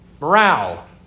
morale